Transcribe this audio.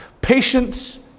Patience